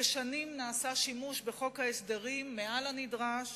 ושנים נעשה שימוש בחוק ההסדרים מעל הנדרש.